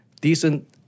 decent